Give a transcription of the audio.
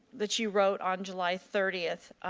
that you wrote on july thirty.